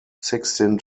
sixteen